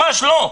ממש לא.